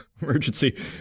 emergency